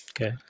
okay